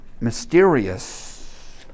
mysterious